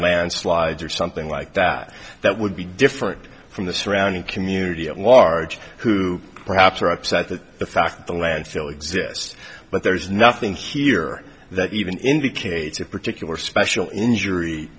landslides or something like that that would be different from the surrounding community at large who perhaps are upset that the fact that the landfill exists but there is nothing here that even indicates a particular special injury